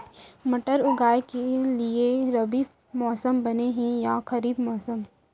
मटर उगाए के लिए रबि मौसम बने हे या खरीफ मौसम?